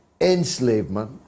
enslavement